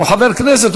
הוא חבר כנסת,